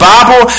Bible